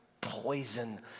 poison